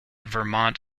vermont